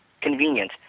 convenient